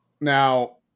now